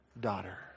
daughter